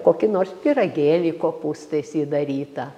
kokį nors pyragėlį kopūstais įdarytą